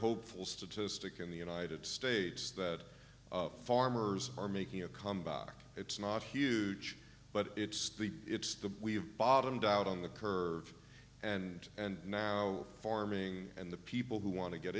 hopeful statistic in the united states that farmers are making a comeback it's not huge but it's the it's the we've bottomed out on the curve and and now farming and the people who want to get